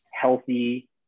healthy